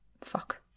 Fuck